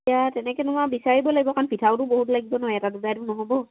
এতিয়া তেনেকৈ তোমাৰ বিচাৰিব লাগিব কাৰণ পিঠাওতো বহুত লাগিব ন এটা দুটাইতো নহ'ব